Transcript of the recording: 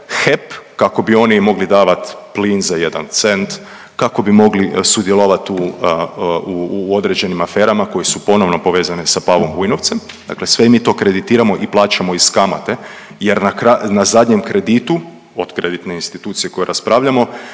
HEP kako bi oni mogli davati plin za jedan cent kako bi mogli sudjelovat u određenim aferama koje su ponovno povezane sa Pavom Vujnovcem, dakle sve mi to kreditiramo i plaćamo iz kamate jer na zadnjem kreditu od kreditne institucije o kojoj raspravljamo